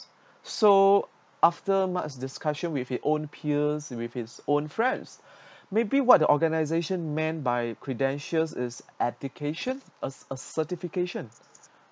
so after much discussion with his own peers with his own friends maybe what the organisation meant by credentials is education a a certification